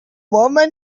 woman